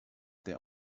their